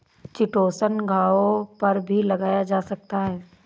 chitosan घावों पर भी लगाया जा सकता है